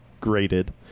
graded